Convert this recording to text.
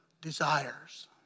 desires